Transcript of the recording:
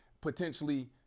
potentially